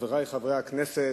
חברי חברי הכנסת,